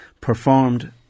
performed